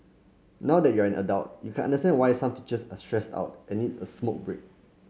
now that you're an adult you can understand why some teachers are stressed out and needs a smoke break